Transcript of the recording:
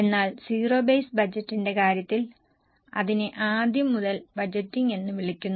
എന്നാൽ zero base ബജറ്റിന്റെ കാര്യത്തിൽ അതിനെ ആദ്യം മുതൽ ബജറ്റിംഗ് എന്ന് വിളിക്കുന്നു